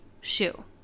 shoe